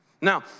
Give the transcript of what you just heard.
Now